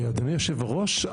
אדוני היושב-ראש,